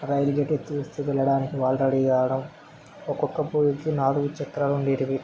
రైలు gate ఎత్తివేస్తే వెళ్లడానికి వాళ్ళు రెడీ కావడం ఒక్కక్క బోగీకి నాలుగు చక్రాలు ఉండేటివి